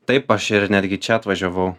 taip aš ir netgi čia atvažiavau